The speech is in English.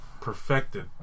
perfected